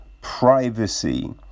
privacy